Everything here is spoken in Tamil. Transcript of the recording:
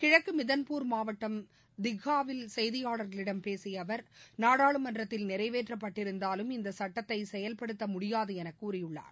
கிழக்கு மிதன்பூர் மாவட்டம் திகாவில் செய்தியாளர்களிடம் பேசிய அவர் நாடாளுமன்றத்தில் நிறைவேற்றப்பட்டிருந்தாலும் இந்த சட்டத்தை செயல்படுத்த முடியாது என கூறியுள்ளார்